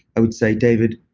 i would say, david,